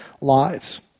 lives